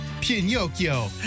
Pinocchio